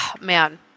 man